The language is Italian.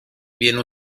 viene